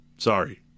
Sorry